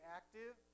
active